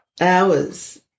hours